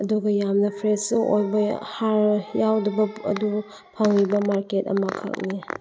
ꯑꯗꯨꯒ ꯌꯥꯝꯁꯨ ꯐ꯭ꯔꯦꯁ ꯑꯣꯏꯕ ꯍꯥꯔ ꯌꯥꯎꯗꯕ ꯑꯗꯨ ꯐꯪꯉꯤꯕ ꯃꯥꯔꯀꯦꯠ ꯑꯃꯈꯛꯅꯤ